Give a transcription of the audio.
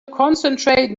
concentrate